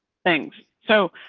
thanks so,